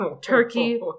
Turkey